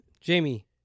Jamie